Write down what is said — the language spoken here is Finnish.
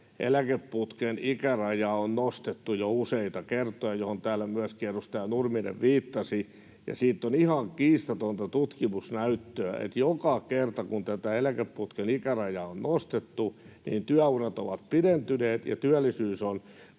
eläkeputken ikärajaa on nostettu jo useita kertoja — mihin täällä myöskin edustaja Nurminen viittasi — ja siitä on ihan kiistatonta tutkimusnäyttöä, että joka kerta, kun tätä eläkeputken ikärajaa on nostettu, niin työurat ovat pidentyneet ja työllisyys on